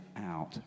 out